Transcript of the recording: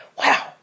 Wow